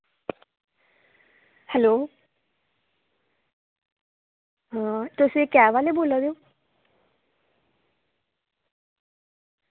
hello आं तुस cab आह्ले बोला दे ओ